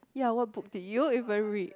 ya what book did you even read